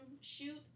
shoot